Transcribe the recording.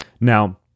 Now